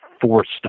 forced